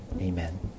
Amen